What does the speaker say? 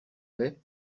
paix